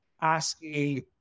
asking